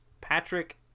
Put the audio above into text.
patrick